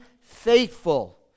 faithful